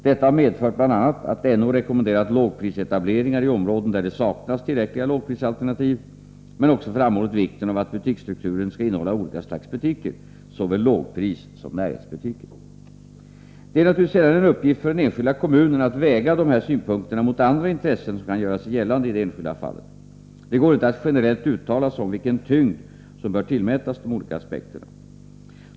Detta har medfört bl.a. att NO rekommenderat lågprisetableringar i områden där det saknats tillräckliga lågprisalternativ, men också framhållit vikten av att butiksstrukturen skall innehålla olika slags butiker, såväl lågprissom närhetsbutiker. Det är naturligtvis sedan en uppgift för den enskilda kommunen att väga dessa synpunkter mot andra intressen som kan göra sig gällande i det enskilda fallet. Det går inte att generellt uttala sig om vilken tyngd som bör tillmätas de olika aspekterna.